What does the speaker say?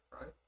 right